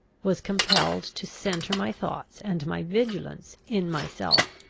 was compelled to centre my thoughts and my vigilance in myself.